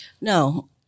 No